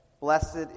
Blessed